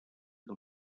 que